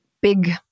big